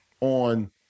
on